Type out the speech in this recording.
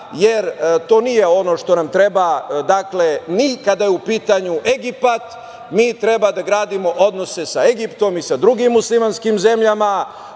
jer to nije ono što nam treba ni kada je u pitanju Egipat, mi treba da gradimo odnose sa Egiptom i sa drugim muslimanskim zemljama